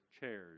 chairs